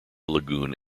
lagoon